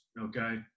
okay